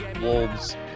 Wolves